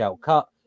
cut